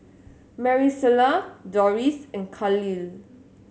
Maricela Dorris and Kahlil